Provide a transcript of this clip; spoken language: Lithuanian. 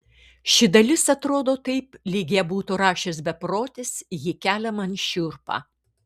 ši dalis atrodo taip lyg ją būtų rašęs beprotis ji kelia man šiurpą